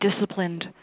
disciplined